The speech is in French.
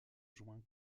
joint